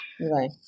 Right